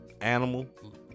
animal